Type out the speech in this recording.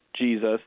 jesus